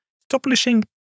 Establishing